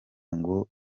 ngo